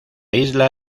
isla